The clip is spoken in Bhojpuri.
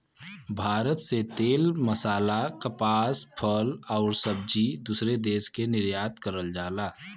भारत से तेल मसाला कपास फल आउर सब्जी दूसरे देश के निर्यात करल जाला